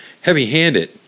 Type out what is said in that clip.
heavy-handed